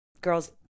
girls